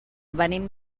venim